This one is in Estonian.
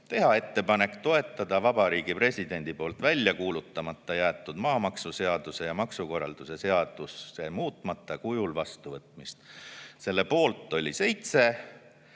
teha ettepanek toetada Vabariigi Presidendi poolt välja kuulutamata jäetud maamaksuseaduse ja maksukorralduse seaduse muutmata kujul vastuvõtmist. Selle poolt oli 7